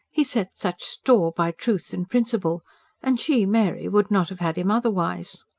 he set such store by truth and principle and she, mary, would not have had him otherwise.